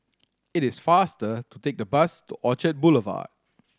it is faster to take the bus to Orchard Boulevard